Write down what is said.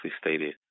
stated